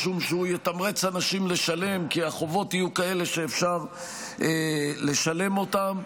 משום שהוא יתמרץ אנשים לשלם כי החובות יהיו כאלה שאפשר לשלם אותם.